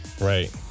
Right